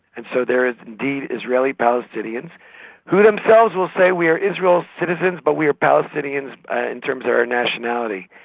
and so there is indeed israeli palestinians who themselves will say, we're israel's citizens but we're palestinians ah in terms of our nationality.